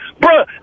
bruh